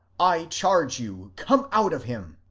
i charge you come out of him!